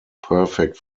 perfect